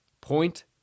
Point